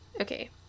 Okay